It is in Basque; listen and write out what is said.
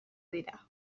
dira